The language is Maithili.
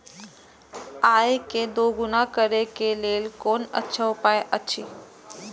आय के दोगुणा करे के लेल कोन अच्छा उपाय अछि?